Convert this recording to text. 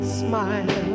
smile